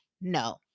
No